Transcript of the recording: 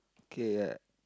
K yeah